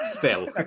Phil